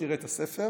שתראה את הספר.